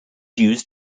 used